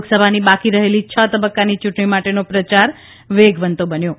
લોકસભાની બાકી રહેલી છ તબક્કાની ચૂંટણી માટેનો પ્રચાર વેગવંતો બન્યો છે